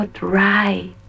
right